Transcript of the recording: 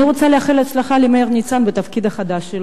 אני רוצה לאחל הצלחה למאיר ניצן בתפקידו החדש.